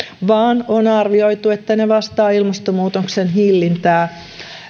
vaan on arvioitu että ne vastaavat ilmastonmuutoksen hillintää